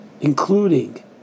including